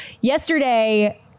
yesterday